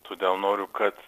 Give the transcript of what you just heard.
todėl noriu kad